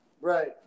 Right